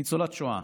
היא ניצולת שואה.